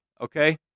Okay